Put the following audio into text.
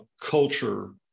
culture